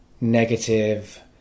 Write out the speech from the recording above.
negative